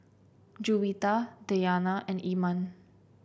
Juwita Dayana and Iman